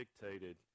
dictated